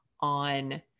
on